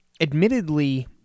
Admittedly